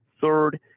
Third